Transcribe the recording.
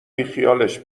بیخیالش